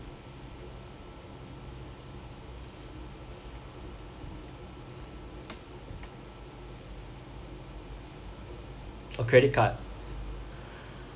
a credit card